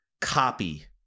copy